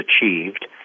achieved